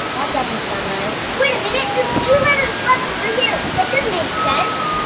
that doesn't sound right? wait a minute there's two letters left over here that doesn't make sense?